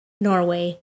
Norway